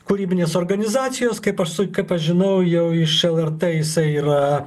kūrybinės organizacijos kaip aš su kaip aš žinau jau iš lrt jisai yra